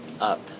up